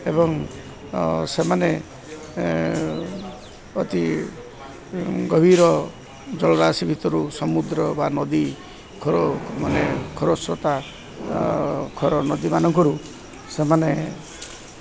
ଏବଂ ସେମାନେ ଅତି ଗଭୀର ଜଳରାଶି ଭିତରୁ ସମୁଦ୍ର ବା ନଦୀର ମାନେ ଖରସ୍ଵତା ନଦୀମାନଙ୍କରୁ ସେମାନେ